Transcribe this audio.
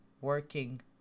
working